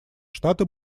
штаты